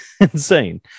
insane